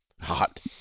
hot